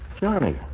Johnny